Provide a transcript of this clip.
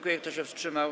Kto się wstrzymał?